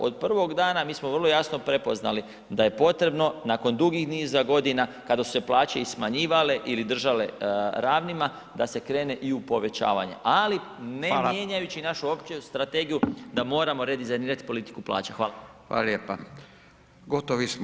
Od prvog dana mi smo vrlo jasno prepoznali da je potrebno nakon dugi niza godina kada su se plaće i smanjivale ili držale ravnima, da se krene i u povećavanje ali ne mijenjajući našu opću strategiju da moramo redizajnirati politiku plaća.